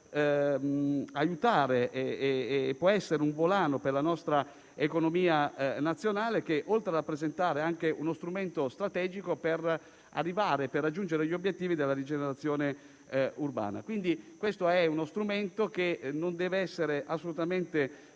aiutare e può essere un volano per la nostra economia nazionale, oltre a rappresentare uno strumento strategico per raggiungere gli obiettivi della rigenerazione urbana. È quindi uno strumento che non deve essere assolutamente